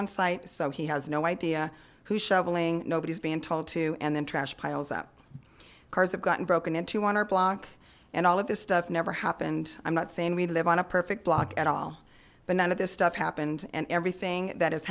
on site so he has no idea who's shoveling nobody's being told to and then trash piles up cars have gotten broken into on our block and all of this stuff never happened i'm not saying we live on a perfect block at all but none of this stuff happened and everything that has